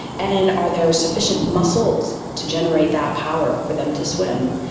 and are there are sufficient muscles to generate that power for them to swim?